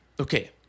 Okay